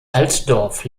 altdorf